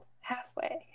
Halfway